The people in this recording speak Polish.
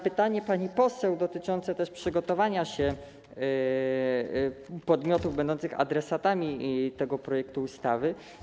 Pytanie pani poseł dotyczące przygotowania się podmiotów będących adresatami tego projektu ustawy.